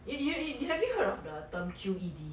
eh you did did have you heard of the term Q_E_D